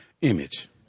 image